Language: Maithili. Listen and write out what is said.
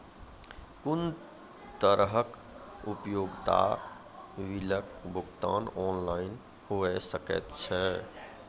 कुनू तरहक उपयोगिता बिलक भुगतान ऑनलाइन भऽ सकैत छै?